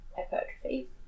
hypertrophy